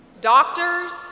doctors